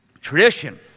Tradition